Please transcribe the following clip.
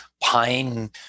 pine